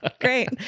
Great